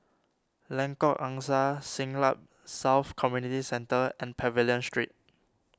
Lengkok Angsa Siglap South Community Centre and Pavilion Street